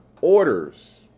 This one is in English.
orders